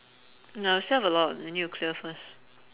no we still have a lot we need to clear first